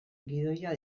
gidoia